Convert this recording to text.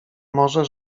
może